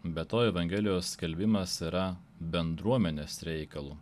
be to evangelijos skelbimas yra bendruomenės reikalu